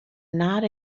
not